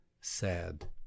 sad